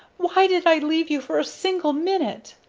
why did i leave you for a single minute?